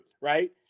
right